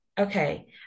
Okay